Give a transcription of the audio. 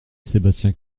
sébastien